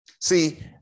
See